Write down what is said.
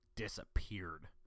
Disappeared